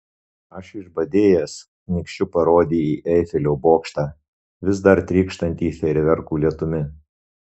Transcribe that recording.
aš išbadėjęs nykščiu parodė į eifelio bokštą vis dar trykštantį fejerverkų lietumi